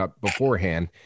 beforehand